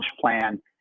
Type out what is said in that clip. plan